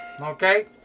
okay